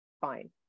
Fine